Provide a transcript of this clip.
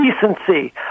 decency